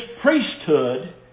priesthood